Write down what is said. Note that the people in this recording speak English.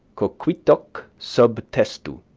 coquitoque sub testu.